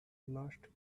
lost